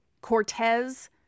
Cortez